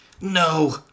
No